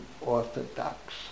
Orthodox